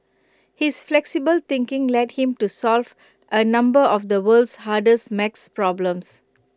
his flexible thinking led him to solve A number of the world's hardest math problems